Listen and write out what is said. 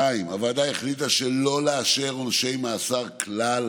2. הוועדה החליטה שלא לאשר עונשי מאסר כלל